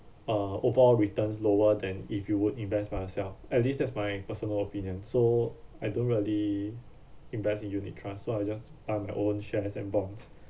uh overall returns lower than if you would invest by yourself at least that's my personal opinion so I don't really invest in unit trust so I just buy my own shares and bond